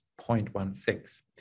0.16